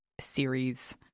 series